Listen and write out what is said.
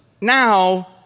now